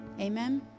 amen